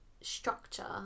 structure